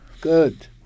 Good